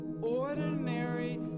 ordinary